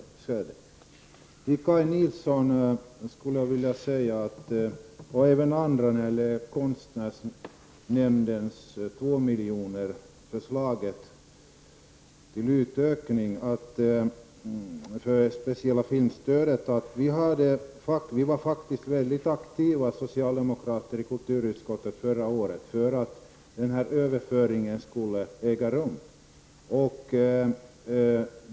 Jag vänder mig sedan till Kaj Nilsson och andra när det gäller konstnärsnämndens begäran om 2 miljoner till utökning av det speciella filmstödet. Socialdemokraterna i kulturutskottet var verkligen aktiva förra året för att denna överföring skulle äga rum.